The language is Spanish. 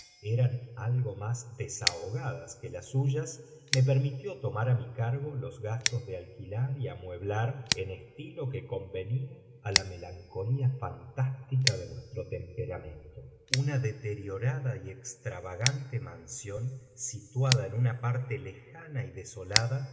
eran algo más desahogadas que las suyas me permitió tomar a mi cargo los gastos de alquilar y amueblar en estilo que convenía a la melancolía fantástica de nuestro temperamento una deteriorada y extravagante mansión situada en una parte lejana y desolada